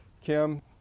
Kim